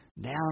down